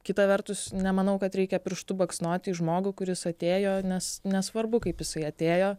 kita vertus nemanau kad reikia pirštu baksnoti į žmogų kuris atėjo nes nesvarbu kaip jisai atėjo